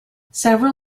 several